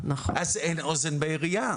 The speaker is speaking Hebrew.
אז אין אוזן קשבת בעירייה.